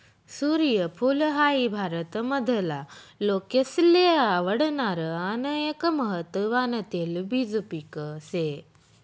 सूर्यफूल हाई भारत मधला लोकेसले आवडणार आन एक महत्वान तेलबिज पिक से